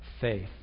faith